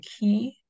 key